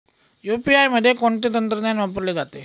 UPI मध्ये कोणते तंत्रज्ञान वापरले जाते?